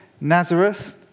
Nazareth